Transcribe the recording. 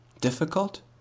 Difficult